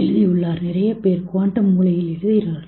எழுதியுள்ளார் நிறைய பேர் குவாண்டம் மூளையில் எழுதுகிறார்கள்